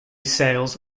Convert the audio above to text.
sales